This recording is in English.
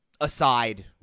aside